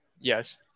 Yes